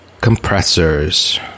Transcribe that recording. compressors